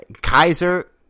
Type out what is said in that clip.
Kaiser